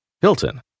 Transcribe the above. Hilton